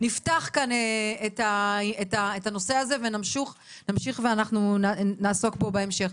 נפתח כאן את הנושא הזה ונמשיך ואנחנו נעסוק בו בהמשך.